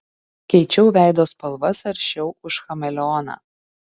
keičiau veido spalvas aršiau už chameleoną